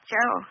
Joe